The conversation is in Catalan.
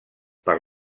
per